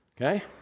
okay